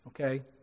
Okay